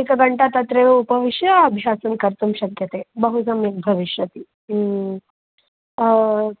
एकघण्टा तत्रैव उपविश्य अभ्यासं कर्तुं शक्यते बहु सम्यक् भविष्यति